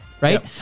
Right